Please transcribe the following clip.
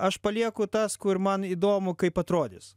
aš palieku tas kur man įdomu kaip atrodys